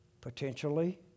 potentially